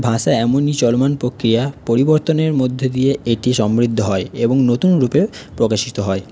ভাষা এমনই চলমান প্রক্রিয়া পরিবর্তনের মধ্যে দিয়ে এটি সমৃদ্ধ হয় এবং নতুন রূপে প্রকাশিত হয়